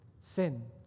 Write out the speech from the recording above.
Sin